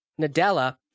Nadella